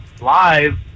live